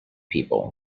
people